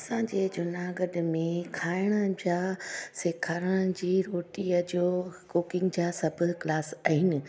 असांजे जूनागढ़ में खाइण जा सेखारण जी रोटीअ जो कूकींग जा सभु क्लास आहिनि